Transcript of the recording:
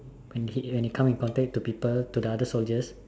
and hit and when it come in contact to people to the other soldiers